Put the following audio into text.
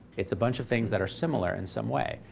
it's a bunch of things that are similar in some way.